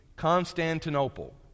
Constantinople